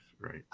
right